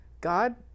god